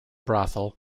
brothel